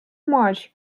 much